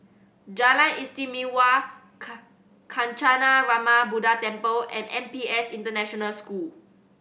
Jalan Istimewa Kancanarama Buddha Temple and N P S International School